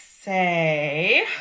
say